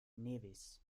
nevis